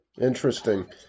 Interesting